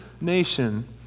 nation